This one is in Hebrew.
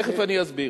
תיכף אני אסביר.